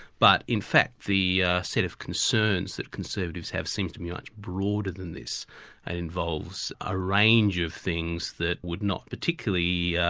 but in fact, the set of concerns that conservatives have, seem to be much broader than this. it involves a range of things that would not particularly